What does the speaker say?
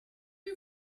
you